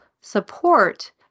support